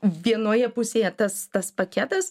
vienoje pusėje tas tas paketas